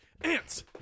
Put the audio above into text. Ants